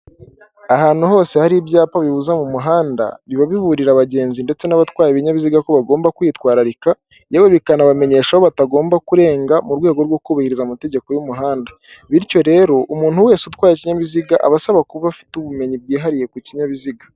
Ahantu hose hari ibyapa bibuza mu muhanda biba biburira abagenzi ndetse n'abatwaye ibinyabiziga ko bagomba kwitwararika, yewe bikanabamenyesha aho batagomba kurenga mu rwego rwo kubahiriza amategeko y'umuhanda, bityo rero umuntu wese utwa ikinyabiziga aba asaba kuba afite ubumenyi bwihariye ku kinyabiziga.